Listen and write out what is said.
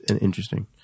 interesting